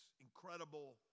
incredible